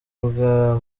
bwa